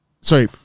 sorry